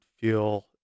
feel